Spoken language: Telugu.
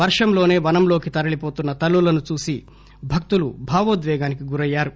వర్షంలోనే వనంలోకి తరలిపోతున్న తల్లులను చూసి భక్తులు భావోద్వేగానికి గురయ్యారు